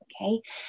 okay